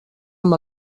amb